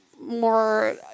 more